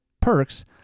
perks